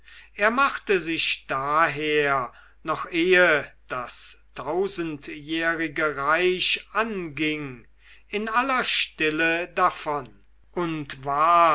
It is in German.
er machte sich daher noch ehe das tausendjährige reich anging in aller stille davon und ward